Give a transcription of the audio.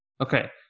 Okay